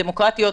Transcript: דמוקרטיות,